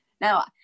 Now